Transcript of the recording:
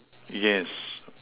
yes